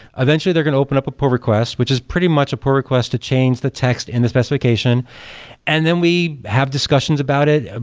eventually they're going to open up a pull request, which is pretty much a pull request to change the text in the specification and then we have discussions about it, ah